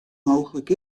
mooglik